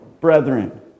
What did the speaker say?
brethren